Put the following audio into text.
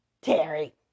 Terry